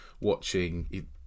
watching